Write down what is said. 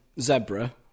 zebra